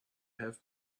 have